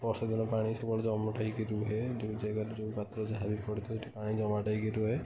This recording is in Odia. ବର୍ଷା ଦିନ ପାଣି ସବୁବେଳେ ଜମାଟ ହେଇକି ରୁହେ ଯେଉଁ ଯାଗାରେ ଯେଉଁ ପାତ୍ର ଯାହା ବି ପଡ଼ିଥାଏ ପାଣି ଜମାଟ ହେଇକି ରୁହେ